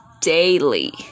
daily